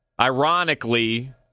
Ironically